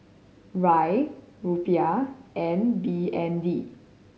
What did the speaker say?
Riel Rupiah and B N D